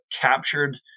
captured